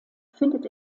findet